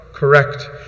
Correct